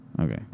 Okay